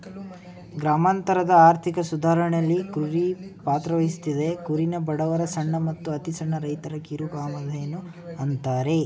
ಗ್ರಾಮಾಂತರದ ಆರ್ಥಿಕ ಸುಧಾರಣೆಲಿ ಕುರಿ ಪಾತ್ರವಹಿಸ್ತದೆ ಕುರಿನ ಬಡವರ ಸಣ್ಣ ಮತ್ತು ಅತಿಸಣ್ಣ ರೈತರ ಕಿರುಕಾಮಧೇನು ಅಂತಾರೆ